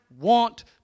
want